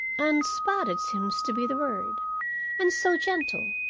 unspotted seems to be the word and so gentle,